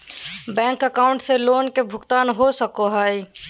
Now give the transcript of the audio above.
Bank account से loan का भुगतान हो सको हई?